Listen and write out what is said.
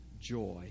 joy